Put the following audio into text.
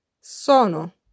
SONO